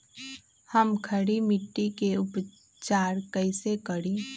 हम खड़ी मिट्टी के उपचार कईसे करी?